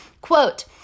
Quote